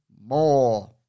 more